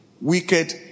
wicked